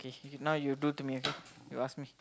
okay now you do to me okay you ask me